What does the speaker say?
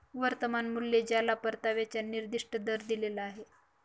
वर्तमान मूल्य ज्याला परताव्याचा निर्दिष्ट दर दिलेला आहे